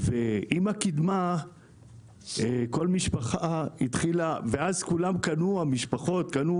הקדמה הביאה לכך שלכל משפחה יש שלוש או